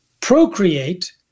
procreate